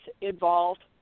involved